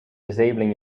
disabling